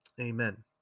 Amen